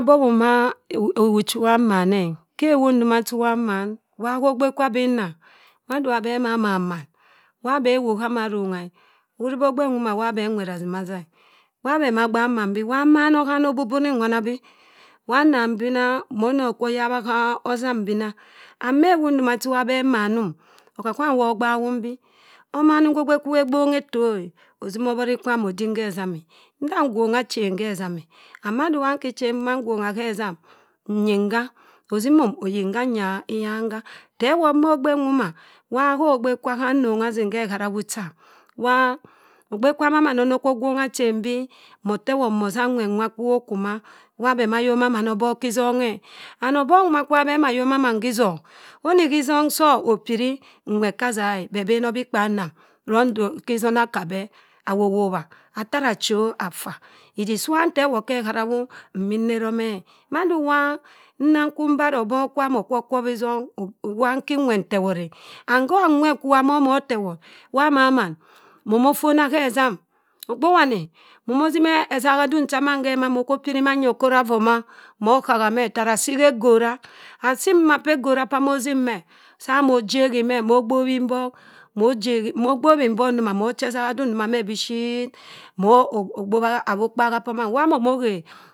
Obobhima ewu chi iwa mman eh. Khe ewu ndo chiwa mmann. Waa kho ogbe kwa abinna madi iwa beh ana maan, wa beh ewu gha ama rongha e. Ohari beh ogbe nwo weh nwerr assima assah eh. Waa beh naa gbak mena bii wa mmano hana abubun nwana bii wa nna mbina mo kwa ayobha kho osam-bina. And ma ewu ndoma chi iwa beh mannun, aka- kwana wa ogbaghum bii omanum kha egbe kwa iwa egbong eto. Ossima obhori kwa adim khezam e. Ndan ngwongha achen khe ezam e. And di nka achen ngwongha khe ezam, nyin ha. osimum ayin hanyara hyan ha. Tewot ma cybe nwoma, kwobha ho ogbe kwa ham nnongha assim khe ehara gwu cham ham agbe kwa mamann ono bembo okwo gwongha achen bii mo tewort mo ossa nwet nwa kwo okwu ma. Waa beh ma ayoma mann obok khisonghe. And obok nwoma kwu iwa beh amaa yoma mann khi- itong. Oni khi itong sọh apiri, nwet ka aza e. Beh beno bi kpaanam vong torr di sona aka abe awọp- wobha. Atara achọ affa idik sii iwa nkewọt khi ihara won nne jomeh. Mada iwa, nkwu mbarr. obok kwam okwo kwobha izzong. Wa iki nwet ntewort e. And ha onwot kwu uwa momo otewort wa mamann momo ffona khe ezzam. Ogbe wani mono osima esaha dung chaman ma ema mokwo opiri mamya okoraffo mo ghaha meh tara asii kha egora. Asii mboma khe egora p'mo osim meh, sa mo jehi meh mo gbobhi mbok, mo gbabhi mbok njoma, mo chi esagha dung ndoma bishit. mo gbobha awokghaha p'min. Wa mo mo okhe